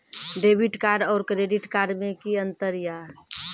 Debit card और credit card मे कि अंतर या?